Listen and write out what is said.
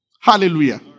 Hallelujah